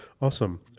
Awesome